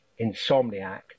insomniac